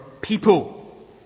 people